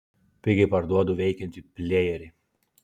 pigiai parduodu veikiantį plejerį